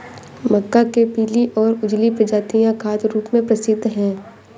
मक्का के पीली और उजली प्रजातियां खाद्य रूप में प्रसिद्ध हैं